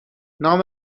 نام